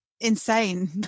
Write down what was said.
insane